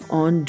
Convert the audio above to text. on